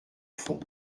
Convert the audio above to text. fond